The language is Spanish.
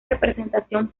representación